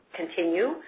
continue